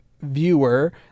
viewer